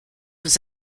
was